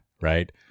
right